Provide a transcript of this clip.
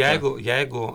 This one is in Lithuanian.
jeigu jeigu